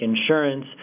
insurance